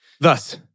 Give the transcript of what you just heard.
Thus